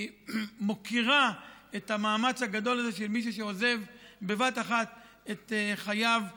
שמוקירה את המאמץ הגדול הזה של מי שעוזב בבת-אחת את חייו הרגילים,